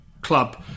club